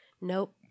Nope